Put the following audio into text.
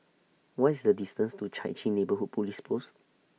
What IS The distance to Chai Chee Neighbourhood Police Post